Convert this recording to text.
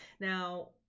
Now